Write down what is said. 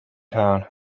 town